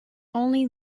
only